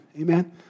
Amen